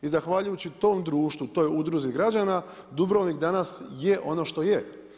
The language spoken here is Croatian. I zahvaljujući tom društvu, toj udruzi građana Dubrovnik danas je ono što je.